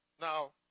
Now